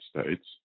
States